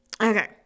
okay